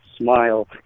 smile